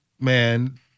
man